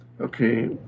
Okay